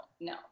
no